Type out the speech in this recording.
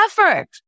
effort